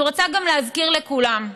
אני רוצה גם להזכיר לכולם שנכון,